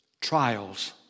trials